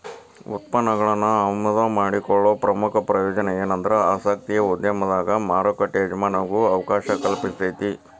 ಉತ್ಪನ್ನಗಳನ್ನ ಆಮದು ಮಾಡಿಕೊಳ್ಳೊ ಪ್ರಮುಖ ಪ್ರಯೋಜನ ಎನಂದ್ರ ಆಸಕ್ತಿಯ ಉದ್ಯಮದಾಗ ಮಾರುಕಟ್ಟಿ ಎಜಮಾನಾಗೊ ಅವಕಾಶ ಕಲ್ಪಿಸ್ತೆತಿ